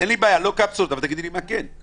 אין לי בעיה לא קפסולות, אבל תגידי לי מה כן.